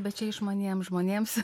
bet čia išmaniems žmonėms